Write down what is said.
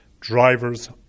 drivers